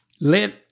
let